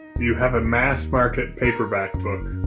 do you have a mass-market paperback book?